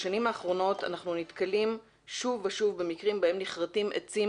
בשנים האחרונות אנחנו נתקלים שוב ושוב במקרים בהם נכרתים עצים